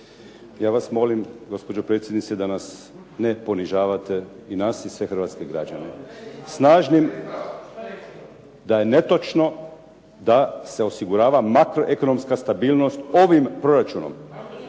Ja vas molim gospođo predsjednice da nas ne ponižavate i nas i sve hrvatske građane. Da je netočno da se osigurava makro ekonomska stabilnost ovim proračunom